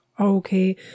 okay